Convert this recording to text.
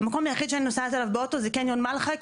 המקום היחיד שאני נוסעת אליו באוטו זה קניון מלחה,